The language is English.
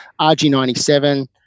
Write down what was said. rg97